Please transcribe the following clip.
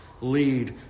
lead